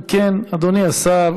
אם כן, אדוני השר